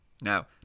Now